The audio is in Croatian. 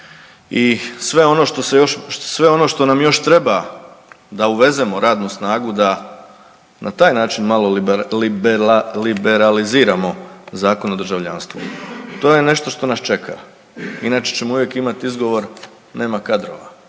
i sve ono što nam još treba da uvezemo radnu snagu da na taj način malo liberaliziramo Zakon o državljanstvu. To je nešto što nas čeka inače ćemo uvijek imat izgovor nema kadrova,